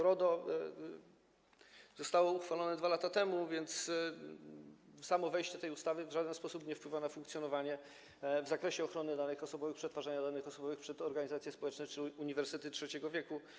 RODO zostało uchwalone 2 lata temu, więc samo wejście w życie tej ustawy w żaden sposób nie wpływa na funkcjonowanie w zakresie ochrony danych osobowych, przetwarzania danych osobowych przez organizacje społeczne czy uniwersytety trzeciego wieku.